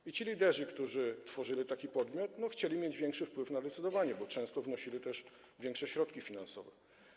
I ci liderzy, którzy tworzyli taki podmiot, chcieli mieć większy wpływ na decydowanie, bo często wnosili też większe środki finansowe.